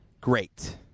Great